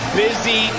busy